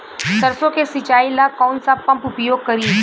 सरसो के सिंचाई ला कौन सा पंप उपयोग करी?